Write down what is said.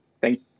Thank